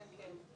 כן.